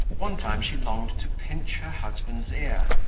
one time she longed to pinch her husband's ear